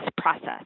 process